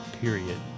period